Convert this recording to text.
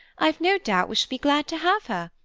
i've no doubt we shall be glad to have her,